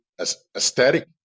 aesthetic